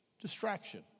distraction